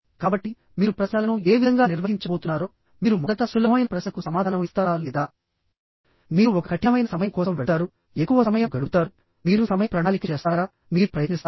కాబట్టిమీరు ప్రశ్నలను ఏ విధంగా నిర్వహించబోతున్నారో మీరు మొదట సులభమైన ప్రశ్నకు సమాధానం ఇస్తారా లేదా మీరు ఒక కఠినమైన సమయం కోసం వెళ్తారు ఎక్కువ సమయం గడుపుతారు మీరు సమయ ప్రణాళిక చేస్తారామీరు ప్రయత్నిస్తారా